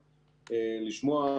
לשמוע.